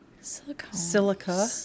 Silica